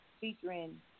featuring